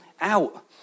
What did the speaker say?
out